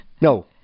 No